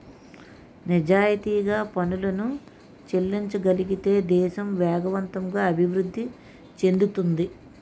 నిజాయితీగా పనులను చెల్లించగలిగితే దేశం వేగవంతంగా అభివృద్ధి చెందుతుంది